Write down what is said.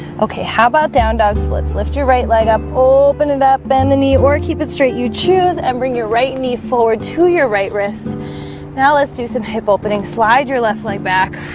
okay, how about down dogs? let's lift your right leg up open it up bend the knee or keep it straight you choose and bring your right knee forward to your right wrist now let's do some hip opening slide your left leg back